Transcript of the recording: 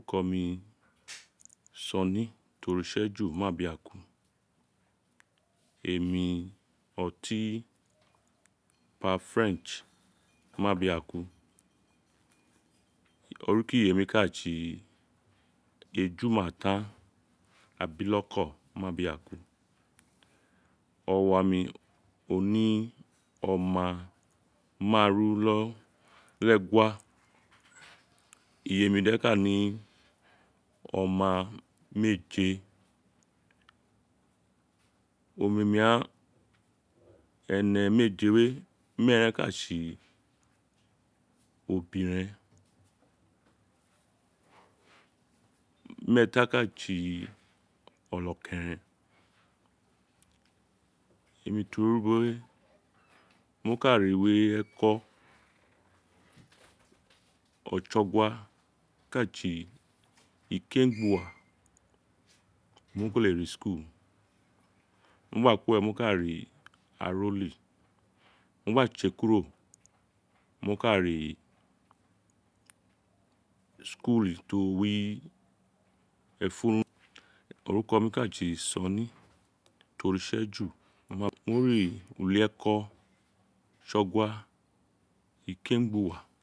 Oruko mi sunny toritseju mabiaku emi otin pa french mubiaku oruko iyemi ka tsi ejumatan abiloko mabiaku owami oni oma madru te egia iyemi de ka ni oma meeje omemi ghan ene meeje we meeren ka tsi obiren mee ta ka tsi onokeren emi tio wi ubo we mo ka ri utieko otsogua ka tsi ikengbuwa mo ke le ri ulieko mo gba ku we mo ka ri arolly mo gba tse kuro mo ka ri ulieko ti o wi effurun oruko mi ka tsi sunny toritseju mabiaku mo ri ulieko tsogua ikengbuwa